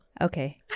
Okay